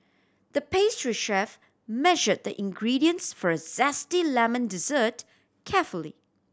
the pastry chef measured the ingredients for a zesty lemon dessert carefully